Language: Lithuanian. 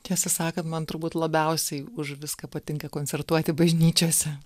tiesą sakant man turbūt labiausiai už viską patinka koncertuoti bažnyčiose